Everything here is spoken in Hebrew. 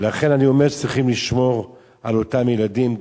ולכן אני אומר שצריך לשמור על אותם ילדים,